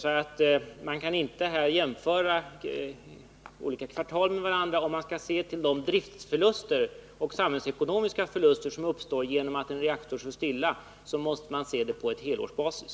Man kan här alltså inte jämföra olika kvartal med varandra. När man skall bedöma de driftförluster och samhällsekonomiska förluster som uppstår genom att en reaktor står stilla, måste man se detta på helårsbasis.